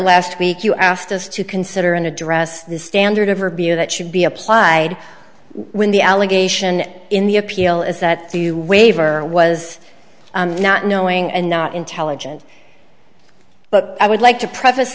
last week you asked us to consider and address the standard of review that should be applied when the allegation in the appeal is that the waiver was not knowing and not intelligent but i would like to pr